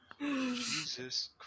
Jesus